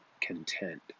content